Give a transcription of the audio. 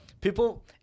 people